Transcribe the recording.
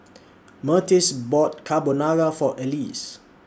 Myrtice bought Carbonara For Elise